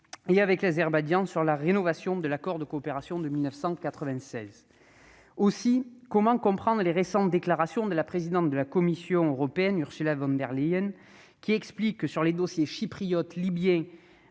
avec l'Azerbaïdjan sur la révision de l'accord de coopération de 1996 ? Comment comprendre les récentes déclarations de la présidente de la Commission européenne, Ursula von der Leyen, selon lesquelles, sur les dossiers chypriote, libyen